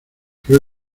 creo